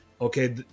okay